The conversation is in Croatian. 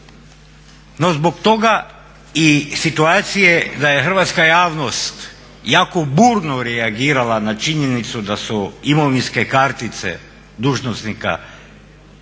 No zbog toga i situacije da je hrvatska javnost jako burno reagirala na činjenicu da su imovinske kartice dužnosnika skinute